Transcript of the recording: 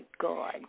God